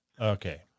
Okay